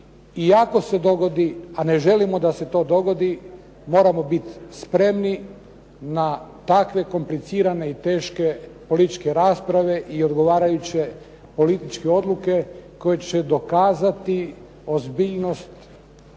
I ako se dogodi a ne želimo da se to dogodi, moramo biti spremni na takve komplicirane i teške političke rasprave i odgovarajuće političke odluke koje će dokazati ozbiljnost